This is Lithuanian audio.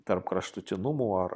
tarp kraštutinumų ar